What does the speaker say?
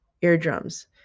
eardrums